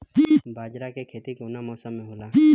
बाजरा के खेती कवना मौसम मे होला?